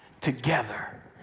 together